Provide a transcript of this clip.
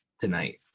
tonight